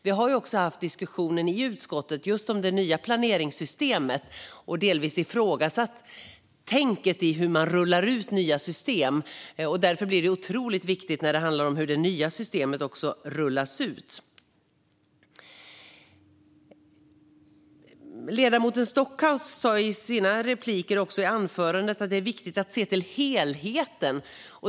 Vi har haft en diskussion i utskottet om det nya planeringssystemet och delvis ifrågasatt tänket i hur man rullar ut nya system. Därför blir det otroligt viktigt hur det nya systemet rullas ut. Ledamoten Stockhaus sa i sitt anförande och i sina repliker att det är viktigt att se till helheten.